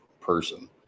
person